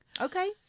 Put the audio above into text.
Okay